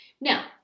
Now